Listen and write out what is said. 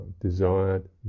desired